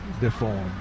deformed